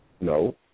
No